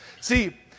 See